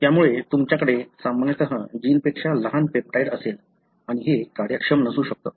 त्यामुळे तुमच्याकडे सामान्यतः जीन पेक्षा लहान पेप्टाइड असेल आणि हे कार्यक्षम नसू शकते